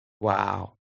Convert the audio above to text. Wow